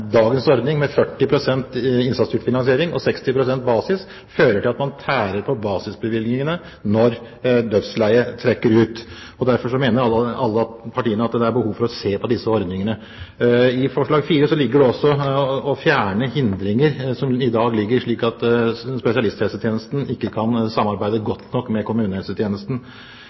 dagens ordning med 40 pst. innsatsstyrt finansiering og 60 pst. basisfinansiering fører til at man tærer på basisbevilgningene når dødsleiet trekker ut. Derfor mener alle partiene at det er behov for å se på disse ordningene. I forslag nr. 4 foreslår vi også å fjerne det som i dag hindrer spesialisthelsetjenesten i å samarbeide godt nok med kommunehelsetjenesten.